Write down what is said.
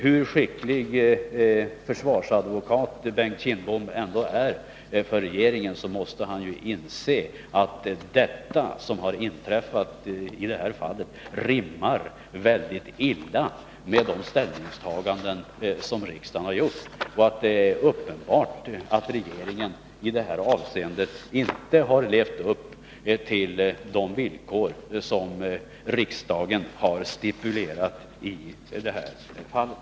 Hur skicklig försvarsadvokat Bengt Kindbom än är måste han inse att det som har inträffat i detta fall rimmar mycket illa med riksdagens ställningstaganden och att det är uppenbart att regeringen i det avseendet inte har beaktat de villkor som riksdagen har stipulerat i det här fallet.